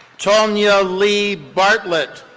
tonya lee bartlett.